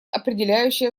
определяющее